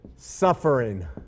suffering